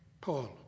Paul